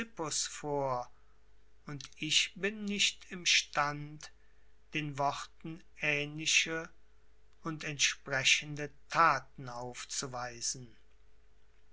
vor und ich bin nicht im stand den worten ähnliche und entsprechende thaten aufzuweisen